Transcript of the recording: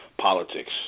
Politics